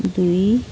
दुई